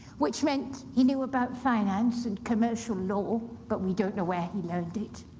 which meant he knew about finance and commercial law, but we don't know where he learned it.